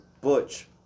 Butch